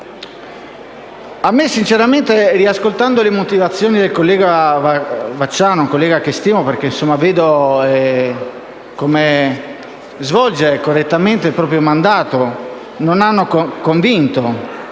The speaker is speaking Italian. Sinceramente le motivazioni del collega Vacciano (un collega che stimo, perché vedo come svolge correttamente il proprio mandato), non mi hanno convinto.